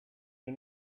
you